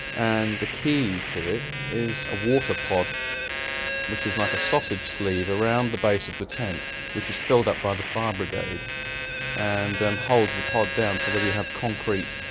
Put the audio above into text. and the key to it is a water pod which is like a sausage sleeve around the base of the tent which is filled up by the fire brigade and holds the pod down. so whether you have concrete,